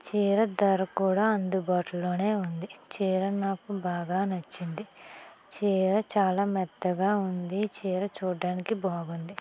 చీర ధర కూడా అందుబాటులోనే ఉంది చీర నాకు బాగా నచ్చింది చీర చాలా మెత్తగా ఉంది చీర చూడడానికి బాగుంది